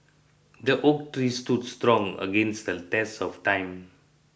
the oak tree stood strong against the test of time